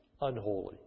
unholy